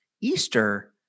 Easter